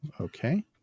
Okay